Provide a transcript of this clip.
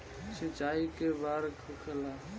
सिंचाई के बार होखेला?